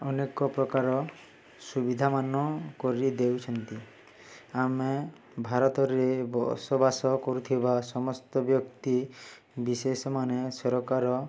ଅନେକ ପ୍ରକାର ସୁବିଧା ମାନ କରି ଦେଉଛନ୍ତି ଆମେ ଭାରତରେ ବସବାସ କରୁଥିବା ସମସ୍ତ ବ୍ୟକ୍ତି ବିଶେଷମାନେ ସରକାର